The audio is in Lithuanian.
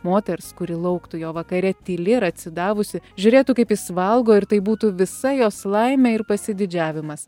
moters kuri lauktų jo vakare tyli ir atsidavusi žiūrėtų kaip jis valgo ir tai būtų visa jos laimė ir pasididžiavimas